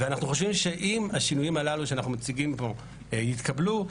אנחנו חושבים שאם השינויים הללו שאנחנו מציגים כאן יתקבלו,